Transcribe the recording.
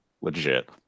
legit